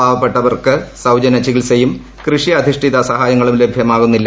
പാവപ്പെട്ടവർക്ക് സൌജന്യ ചികിത്സയും കൃഷി അധിഷ്ഠിത സഹായങ്ങളും ലഭ്യമാകുന്നില്ല